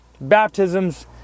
baptisms